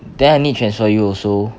then I need transfer you also